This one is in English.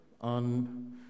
on